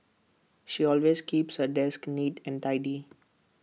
she always keeps her desk neat and tidy